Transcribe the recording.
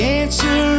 answer